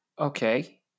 okay